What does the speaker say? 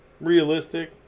realistic